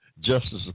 Justice